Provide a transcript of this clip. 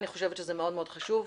אני חושבת שזה מאוד מאוד חשוב.